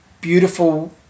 beautiful